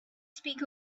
speak